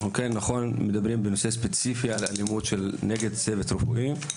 נכון שאנחנו מדברים ספציפית על אלימות נגד צוות רפואי.